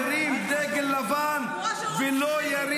-- שבמשך 100 שנה לא הרים דגל לבן ולא ירים